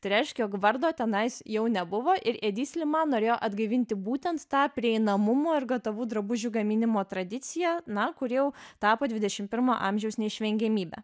tai reiškia jog vardo tenais jau nebuvo ir edi sliman norėjo atgaivinti būtent tą prieinamumo ir gatavų drabužių gaminimo tradiciją na kuri jau tapo dvidešim pirmo amžiaus neišvengiamybe